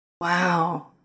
Wow